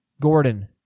Gordon